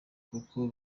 kuko